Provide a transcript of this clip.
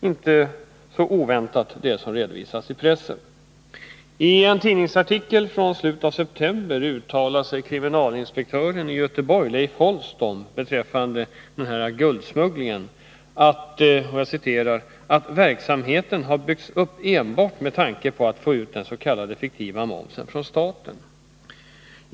inte oväntat, det som redovisas i pressen. I en tidningsartikel från slutet av september säger kriminalinspektören i Göteborg, Leif Holst, beträffande guldsmuggling att verksamheten har 13 byggts upp enbart med tanke på att få ut den s.k. fiktiva momsen från staten.